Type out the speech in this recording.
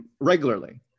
regularly